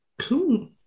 Cool